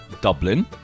Dublin